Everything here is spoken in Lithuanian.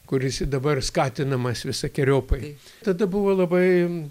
kuris ir dabar skatinamas visokeriopai tada buvo labai